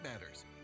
matters